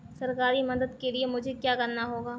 सरकारी मदद के लिए मुझे क्या करना होगा?